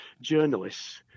journalists